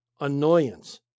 annoyance